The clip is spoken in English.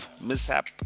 ...mishap